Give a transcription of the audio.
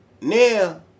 now